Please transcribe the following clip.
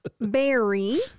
Berry